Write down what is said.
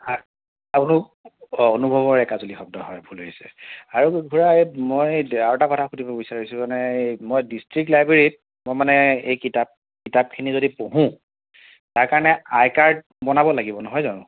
আ আৰু অঁ অনুভৱৰ একাঁজলি শব্দ হয় ভুল হৈছে আৰু খুৰা এ মই আৰু এটা কথা সুধিব বিচাৰিছোঁ মানে এই মই ডিষ্টিক লাইব্ৰেৰীত মই মানে এই কিতাপ কিতাপখিনি যদি পঢ়োঁ তাৰ কাৰণে আইকাৰ্ড বনাব লাগিব নহয় জানো